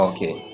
Okay